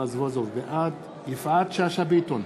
בעד יפעת שאשא ביטון,